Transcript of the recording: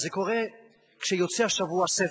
זה קורה כשיוצא השבוע ספר,